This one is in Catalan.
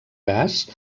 gas